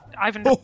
Ivan